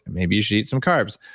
maybe you should eat some carbs.